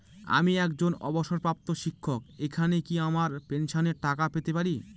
আমি একজন অবসরপ্রাপ্ত শিক্ষক এখানে কি আমার পেনশনের টাকা পেতে পারি?